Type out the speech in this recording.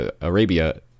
Arabia